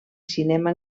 cinema